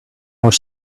was